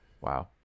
Wow